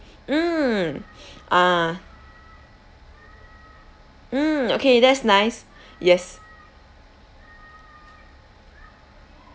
mm ah mm okay that's nice yes